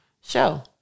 show